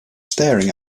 staring